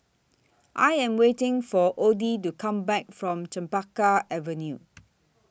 I Am waiting For Oddie to Come Back from Chempaka Avenue